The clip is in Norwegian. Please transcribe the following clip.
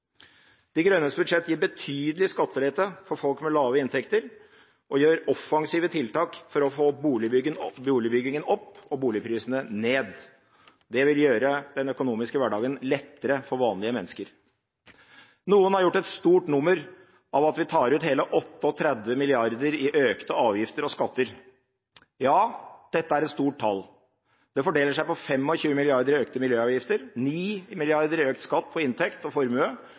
De grønnes budsjett gir betydelig skattelette for folk med lave inntekter og gjør offensive tiltak for å få boligbyggingen opp og boligprisene ned. Det vil gjøre den økonomiske hverdagen lettere for vanlige mennesker. Noen har gjort et stort nummer av at vi tar ut hele 38 mrd. kr i økte avgifter og skatter. Ja, dette er et stort tall. Det fordeler seg på 25 mrd. kr i økte miljøavgifter, 9 mrd. kr i økt skatt på inntekt og formue